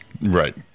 Right